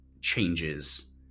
changes